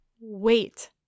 wait